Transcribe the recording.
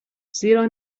زیرا